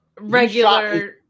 regular